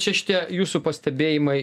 čia šitie jūsų pastebėjimai